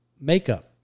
makeup